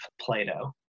Plato